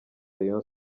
rayon